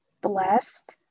blessed